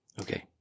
Okay